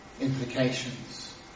implications